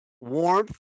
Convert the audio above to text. warmth